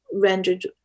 rendered